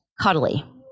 cuddly